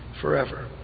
forever